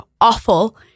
awful